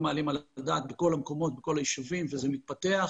מעלים על הדעת בכל המקומות וכל הישובים וזה מתפתח,